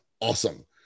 awesome